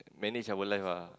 manage our life ah